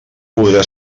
podrà